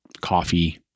coffee